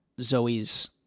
zoe's